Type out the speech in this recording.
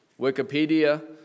Wikipedia